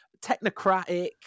technocratic